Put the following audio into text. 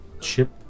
ship